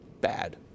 bad